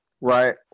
Right